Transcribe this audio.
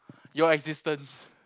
your existence